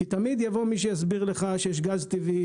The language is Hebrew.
כי תמיד יבוא מי שיסביר לך שיש גז טבעי,